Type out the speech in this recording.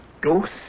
ghost